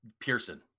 Pearson